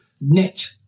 net